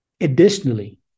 additionally